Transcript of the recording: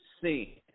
sin